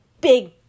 big